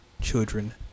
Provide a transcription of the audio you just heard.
children